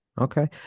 Okay